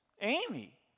Amy